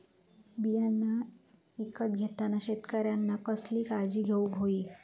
बियाणा ईकत घेताना शेतकऱ्यानं कसली काळजी घेऊक होई?